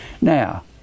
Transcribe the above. Now